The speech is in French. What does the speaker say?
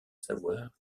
savoir